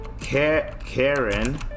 Karen